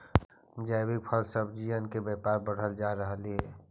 जैविक फल सब्जियन के व्यापार बढ़ल जा रहलई हे